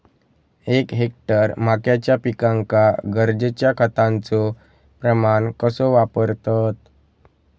एक हेक्टर मक्याच्या पिकांका गरजेच्या खतांचो प्रमाण कसो वापरतत?